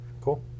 Cool